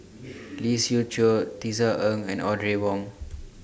Lee Siew Choh Tisa Ng and Audrey Wong